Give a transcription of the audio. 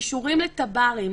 אישורים לתב"רים,